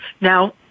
Now